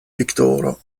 viktoro